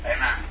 Amen